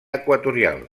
equatorial